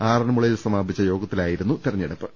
ആറന്മുള യിൽ സമാപിച്ച യോഗത്തിലായിരുന്നു തെരഞ്ഞെടുപ്പ്